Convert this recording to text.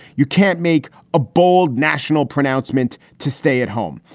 you can't make a bold national pronouncement to stay at home.